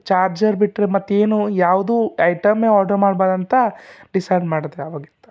charger ಬಿಟ್ಟರೆ ಮತ್ತೇನೂ ಯಾವುದೂ ಐಟೆಮ್ಮೇ ಆರ್ಡ್ರ್ ಮಾಡ್ಬಾರ್ದು ಅಂತ ಡಿಸೈಡ್ ಮಾಡಿದೆ ಅವಾಗಿಂದ